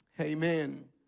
Amen